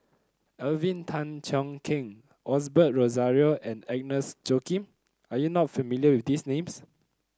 Alvin Tan Cheong Kheng Osbert Rozario and Agnes Joaquim are you not familiar with these names